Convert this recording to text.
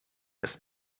ist